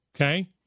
okay